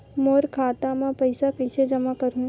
मोर खाता म पईसा कइसे जमा करहु?